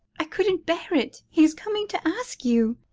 i couldn't bear it he's coming to ask you